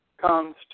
comes